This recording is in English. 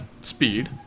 speed